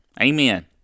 Amen